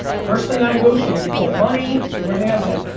first thing i negotiated before money before anything i was like,